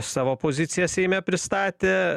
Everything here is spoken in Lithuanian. savo poziciją seime pristatė